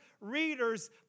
readers